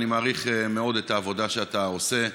אני מעריך מאוד את העבודה שאתה עושה.